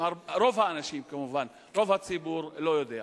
אבל רוב הציבור לא יודע.